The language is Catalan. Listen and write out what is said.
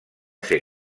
ser